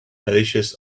delicious